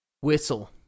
whistle